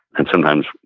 and sometimes,